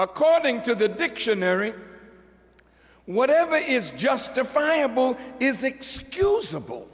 according to the dictionary or whatever it is justifiable is excusable